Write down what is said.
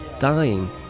dying